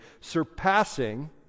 surpassing